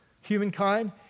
humankind